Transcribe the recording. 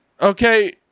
Okay